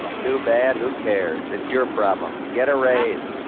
too bad. who cares? it's your problem. get a raise.